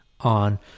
on